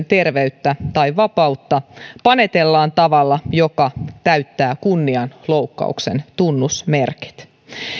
terveyttä tai vapautta panetellaan tavalla joka täyttää kunnianloukkauksen tunnusmerkit